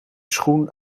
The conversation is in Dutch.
schoen